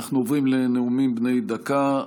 אנחנו עוברים לנאומים בני דקה.